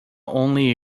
only